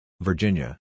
Virginia